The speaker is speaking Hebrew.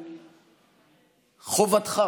חובתך,